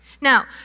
Now